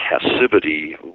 passivity